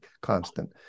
constant